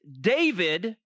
David